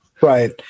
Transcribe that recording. right